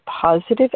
positive